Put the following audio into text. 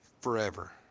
forever